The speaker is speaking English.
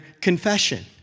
confession